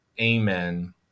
Amen